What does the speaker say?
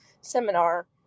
seminar